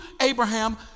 Abraham